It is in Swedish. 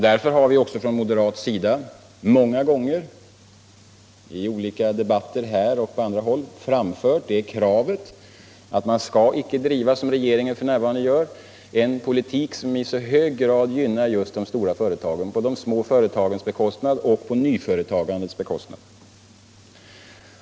Därför har vi också från moderat sida många gånger i olika debatter här och på andra håll framfört kravet att man skall icke driva, som regeringen f.n. gör, en politik som i så hög grad gynnar just de stora företagen på de små företagens bekostnad och på nyföretagandets bekostnad.